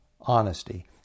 honesty